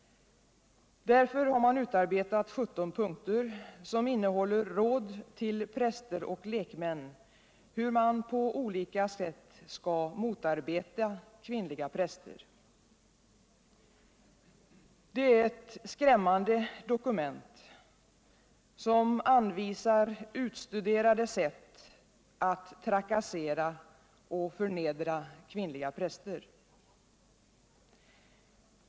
Därför har man utarbetat 17 punkter som innehåller råd ull präster och lek män hur man på olika sätt skall motarbeta kvinnliga präster. Det är ett skrämmande dokument som anvisar utstuderade sätt att trakassera och förnedra kvinnliga präster.